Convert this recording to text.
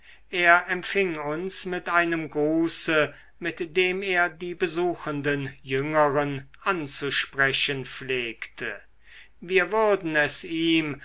er empfing uns mit einem gruße mit dem er die besuchenden jüngeren anzusprechen pflegte wir würden es ihm